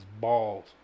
balls